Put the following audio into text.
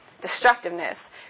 destructiveness